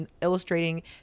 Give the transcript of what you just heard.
illustrating